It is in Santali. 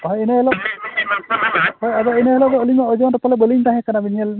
ᱦᱳᱭ ᱤᱱᱟᱹ ᱦᱤᱞᱳᱜ ᱦᱳᱭ ᱤᱱᱟᱹ ᱦᱤᱞᱳᱜ ᱫᱚ ᱟᱹᱞᱤᱧᱟ ᱳᱡᱳᱱ ᱨᱮ ᱯᱟᱞᱮᱱ ᱵᱟᱹᱞᱤᱧ ᱛᱟᱦᱮᱸ ᱠᱟᱱᱟ ᱧᱮᱞ ᱞᱮᱫᱟ ᱵᱤᱱ